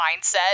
mindset